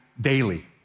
daily